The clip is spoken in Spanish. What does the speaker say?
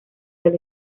del